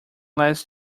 less